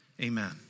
amen